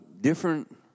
different